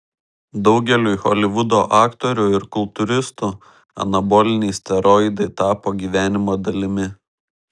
daugeliui holivudo aktorių ir kultūristų anaboliniai steroidai tapo gyvenimo dalimi